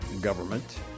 government